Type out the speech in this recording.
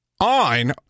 On